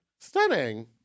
Stunning